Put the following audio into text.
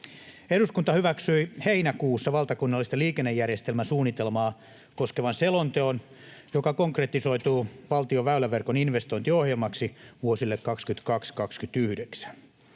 Eduskunta hyväksyi heinäkuussa valtakunnallista liikennejärjestelmäsuunnitelmaa koskevan selonteon, joka konkretisoituu valtion väyläverkon investointiohjelmaksi vuosille 22—29.